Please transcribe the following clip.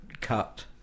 cut